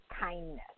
kindness